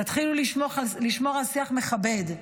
תתחילו לשמור על שיח מכבד,